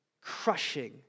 crushing